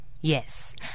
Yes